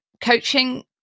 coaching